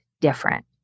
different